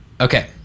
okay